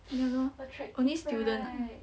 ya lor only student ah